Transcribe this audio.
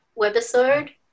webisode